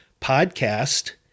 podcast